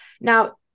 now